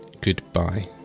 goodbye